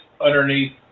underneath